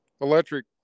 electric